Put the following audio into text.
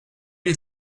you